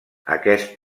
aquest